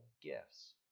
gifts